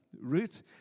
route